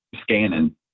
scanning